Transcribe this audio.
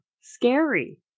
scary